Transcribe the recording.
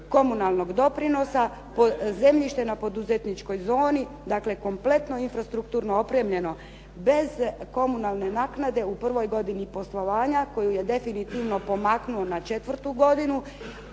komunalnog doprinosa zemljište na poduzetničkoj zoni, dakle kompletno infrastrukturno opremljeno bez komunalne naknade u prvoj godini poslovanja koju je definitivno pomaknuo na 4. godinu.